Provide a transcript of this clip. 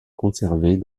conservées